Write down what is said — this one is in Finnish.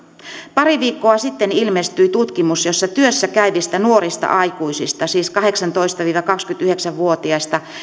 pari viikkoa sitten ilmestyi tutkimus jonka mukaan työssä käyvistä nuorista aikuisista siis kahdeksantoista viiva kaksikymmentäyhdeksän vuotiaista